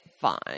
fine